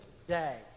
today